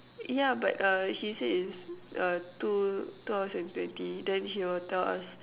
yeah but uh she said is uh two two hours and twenty then she will tell us